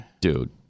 Dude